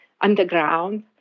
underground